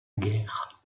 guerre